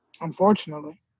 unfortunately